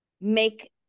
make